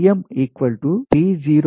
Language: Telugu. సరే